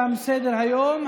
תם סדר-היום.